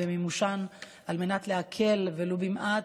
על מנת להקל ולו במעט,